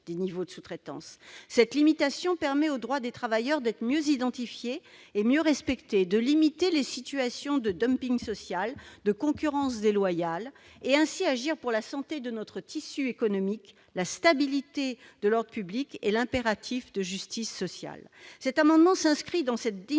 Cette limitation permet non seulement aux droits des travailleurs d'être mieux identifiés et mieux respectés, mais aussi de restreindre les situations de dumping social, de concurrence déloyale, et ainsi d'agir pour la santé de notre tissu économique, la stabilité de l'ordre public et l'impératif de justice sociale. Cet amendement s'inscrit dans cette dynamique